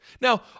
now